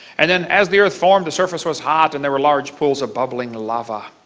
and then as the earth formed, the surface was hot and there were large pools of bubbling lava.